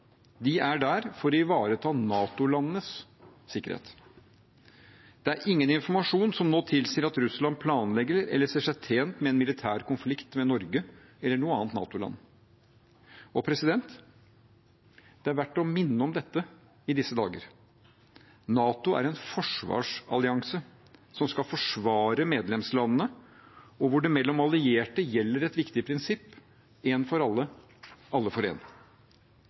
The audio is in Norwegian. De er der for å ivareta NATO-landenes sikkerhet. Det er ingen informasjon som nå tilsier at Russland planlegger eller ser seg tjent med en militær konflikt med Norge eller noe annet NATO-land. Det er i disse dager verdt å minne om at NATO er en forsvarsallianse som skal forsvare medlemslandene, og hvor det mellom allierte gjelder et viktig prinsipp: En for alle og alle for en.